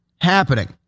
happening